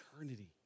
eternity